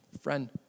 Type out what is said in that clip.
Friend